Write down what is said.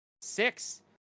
six